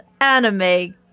anime